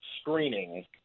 screening